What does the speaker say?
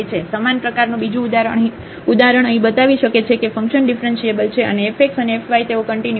સમાન પ્રકારનું બીજું ઉદાહરણ અહીં બતાવી શકે છે કે ફંક્શન ડિફરન્ટિએબલ છે અને f x અને f y તેઓ કન્ટીન્યુઅસ નથી